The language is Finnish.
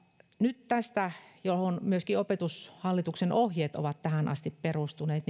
nyt tästä johon myöskin opetushallituksen ohjeet ovat tähän asti perustuneet